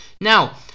now